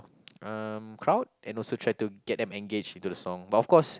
um crowd and also try to get them engaged into the song but of course